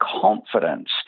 confidence